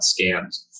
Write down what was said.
scams